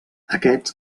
aquests